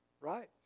right